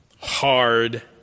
hard